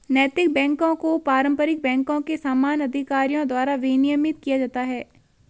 नैतिक बैकों को पारंपरिक बैंकों के समान अधिकारियों द्वारा विनियमित किया जाता है